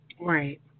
Right